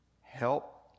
help